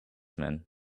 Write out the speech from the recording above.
man